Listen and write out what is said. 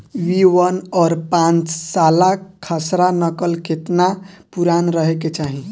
B one और पांचसाला खसरा नकल केतना पुरान रहे के चाहीं?